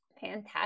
Fantastic